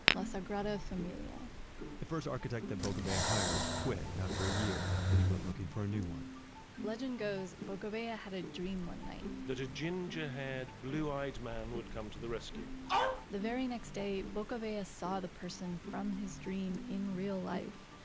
la sagrada familia the first architect that boccabella hired quit after a year went looking for a new one legend goes, boccabella had a dream one night that a ginger-haired, blue-eyed man would come to the rescue the very next day boccabella saw the person from his dream in real life,